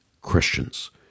Christians